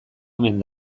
omen